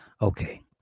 Okay